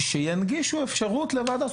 שינגישו אפשרות לוועדה.